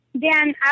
Dan